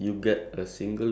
okay